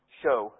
show